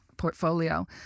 portfolio